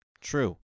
True